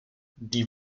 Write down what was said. die